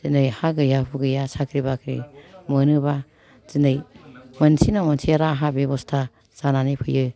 दिनै हा गैया हु गैया साख्रि बाख्रि मोनोबा दिनै मोनसे नङा मोनसे राहा बेब'स्था जानानै फैयो